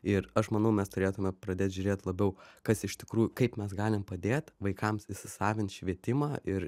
ir aš manau mes turėtume pradėt žiūrėt labiau kas iš tikrųjų kaip mes galim padėt vaikams įsisavint švietimą ir